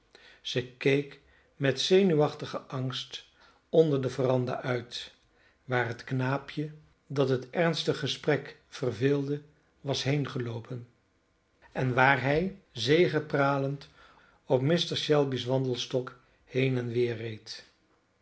zij keek met zenuwachtigen angst onder de veranda uit waar het knaapje dat het ernstig gesprek verveelde was heengeloopen en waar hij zegepralend op mr shelby's wandelstok heen en weder reed